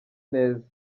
neza